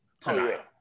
tonight